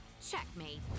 Checkmate